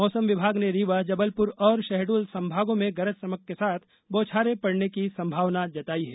मौसम विभाग ने रीवा जबलपुर और शहडोल संभागों में गरज चमक के साथ बौछारें पड़ने की संभावना जताई है